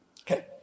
Okay